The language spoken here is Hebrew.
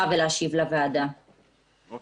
מדובר בכך שזו זכות מאוד חריגה,